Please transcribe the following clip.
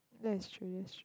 that is true that's true